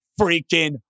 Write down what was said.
freaking